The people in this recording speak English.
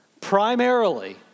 primarily